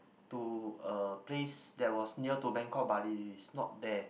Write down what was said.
to a place that was near to Bangkok but it is not there